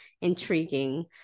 intriguing